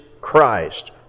Christ